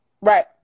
Right